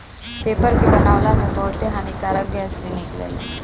paper के बनावला में बहुते हानिकारक गैस भी निकलेला